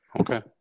Okay